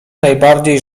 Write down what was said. najbardziej